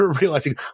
realizing